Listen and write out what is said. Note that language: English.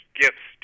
gifts